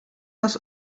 nas